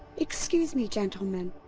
excuse me, gentlemen.